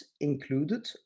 included